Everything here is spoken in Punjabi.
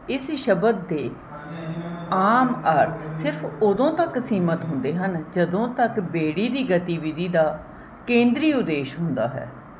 ਇਸ ਸ਼ਬਦ ਦੇ ਆਮ ਅਰਥ ਸਿਰਫ ਉਦੋਂ ਤੱਕ ਸੀਮਤ ਹੁੰਦੇ ਹਨ ਜਦੋਂ ਤੱਕ ਬੇੜੀ ਦੀ ਗਤੀਵਿਧੀ ਦਾ ਕੇਂਦਰੀ ਉਦੇਸ਼ ਹੁੰਦਾ ਹੈ